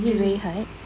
is it very hard